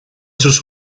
sus